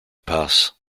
pass